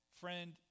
Friend